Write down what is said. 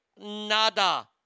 nada